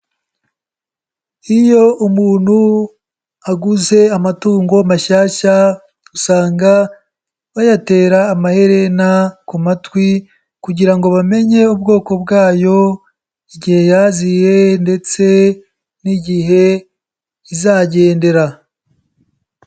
Iyo umuntu aguze amatungo mashyashya usanga bayatera amaherena ku matwi kugira ngo bamenye ubwoko bwayo, igihe yaziye ndetse n'igihe izagendera.